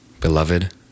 Beloved